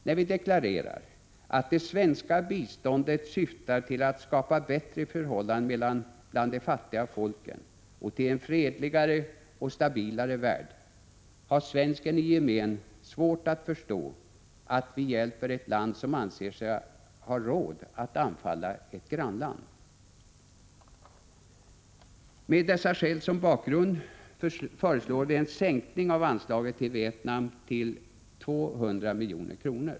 När vi deklarerar att det svenska biståndet syftar till att skapa bättre förhållanden bland de fattiga folken och till en fredligare och stabilare värld har svensken i gemen svårt att förstå att vi hjälper ett land som anser sig ha råd att anfalla ett grannland. Med dessa skäl som bakgrund föreslår vi en sänkning av anslaget till Vietnam till 200 milj.kr.